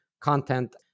content